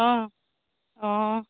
অঁ অঁ